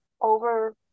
Over